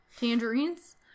tangerines